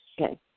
Okay